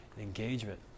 engagement